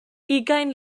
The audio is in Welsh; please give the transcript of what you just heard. ugain